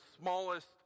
smallest